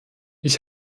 ich